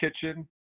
kitchen